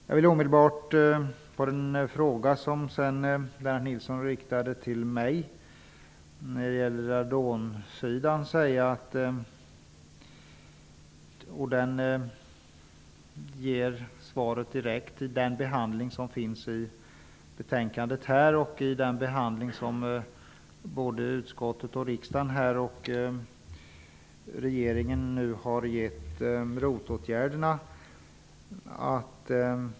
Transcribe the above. Jag vill omedelbart svara på den fråga som Lennart Nilsson riktade till mig om radon. Svaret kan man finna direkt i betänkandets behandling av ärendet och i den behandling som utskottet, riksdagen och regeringen nu har gett ROT-åtgärderna.